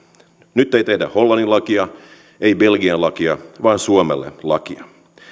nyt ei tehdä hollannin lakia ei belgian lakia vaan suomen lakia